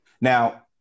Now